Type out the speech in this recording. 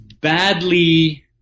badly